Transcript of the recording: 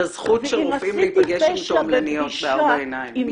הזכות של רופאים להיפגש עם תועמלניות בארבע עיניים.